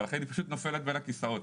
ולכן היא פשוט נופלת בין הכיסאות,